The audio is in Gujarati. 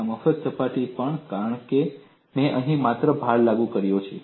આ એક મફત સપાટી પણ છે કારણ કે મેં અહીં માત્ર ભાર લાગુ કર્યો છે